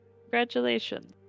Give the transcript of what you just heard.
Congratulations